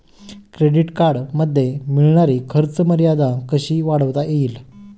Credit कार्डमध्ये मिळणारी खर्च मर्यादा कशी वाढवता येईल?